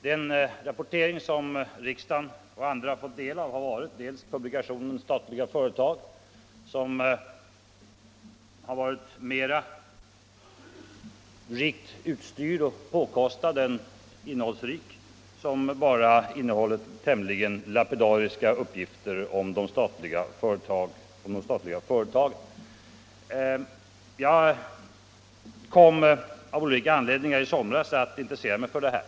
Den rapportering som riksdagen och andra fått del av har bl.a. getts i publikationen Statliga företag, som varit mer rikt utstyrd och påkostad än innehållsrik. Den har bara innehållit tämligen lapidariska uppgifter om de statliga företagen. Jag kom av olika anledningar i somras att intressera mig för det här.